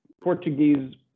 Portuguese